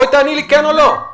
תעני לי כן או לא.